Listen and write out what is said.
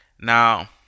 Now